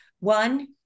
One